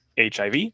hiv